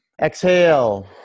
Exhale